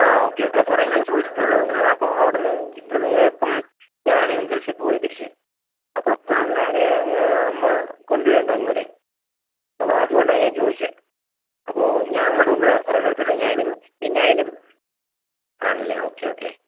ആ ഓക്കെ സാറെ ഞാൻ ചോദിച്ചുവെന്നേയുള്ളൂ ഞാന് അപ്പോള് അവിടെ നിന്ന് ഇവിടെ നിന്ന് ഇപ്പം ഞാനങ്ങ് ഗൾഫില് പോകും തിരിച്ച് അപ്പം പിള്ളേരെ അങ്ങ് അമ്മ കൊണ്ടുവിടേണ്ടെ അങ്ങുവരെ അപ്പോള് അതുകൊണ്ടാണ് ഞാൻ ചോദിച്ചത് ഞാൻ അങ്ങോട്ട് കൊണ്ടുവരാം സാറെ കുഴപ്പമില്ല ഞാൻ ഇനിയും പിന്നെയായാലും ആണല്ലേ ഓക്കെ ഓക്കെ